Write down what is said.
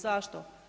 Zašto?